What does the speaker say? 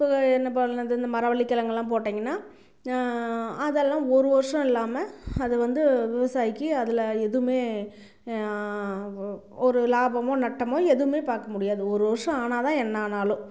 இப்போ என்ன பண்ணலாம் இந்த மரவள்ளிக்கிழங்கெல்லாம் போட்டிங்கன்னா அதெல்லாம் ஒரு வருஷம் இல்லாம அது வந்து விவசாயிக்கு அதில் எதுவுமே வு ஒரு லாபமோ நட்டமோ எதுவுமே பார்க்க முடியாது ஒரு வருஷம் ஆனால் தான் என்னானாலும்